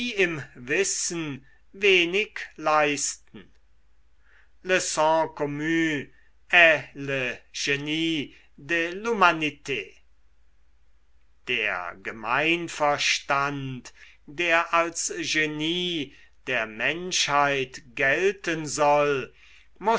im wissen wenig leisten le sens commun est le gnie de l'humanit der gemeinverstand der als genie der menschheit gelten soll